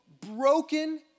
broken